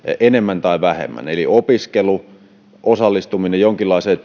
enemmän tai vähemmän eli opiskelu osallistuminen jonkinlaiseen